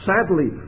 Sadly